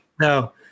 No